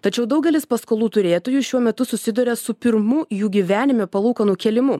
tačiau daugelis paskolų turėtojų šiuo metu susiduria su pirmu jų gyvenime palūkanų kėlimu